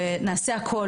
שנעשה את הכל,